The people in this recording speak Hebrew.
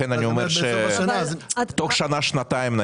לכן אני אומר נניח תוך שנה-שנתיים.